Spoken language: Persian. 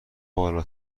بالا